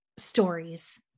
stories